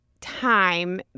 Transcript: time